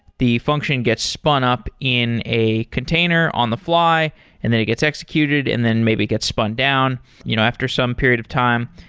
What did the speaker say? the function gets spun up in a container on the fly and then it gets executed and then maybe gets spun down you know after some period of time.